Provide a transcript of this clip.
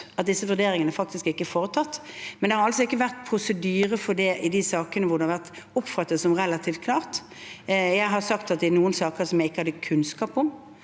at disse vurderingene faktisk ikke er foretatt. Men det har altså ikke vært prosedyre for det i de sakene hvor det har vært oppfattet som relativt klart. Jeg har sagt at i noen saker jeg ikke hadde kunnskap om,